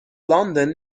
london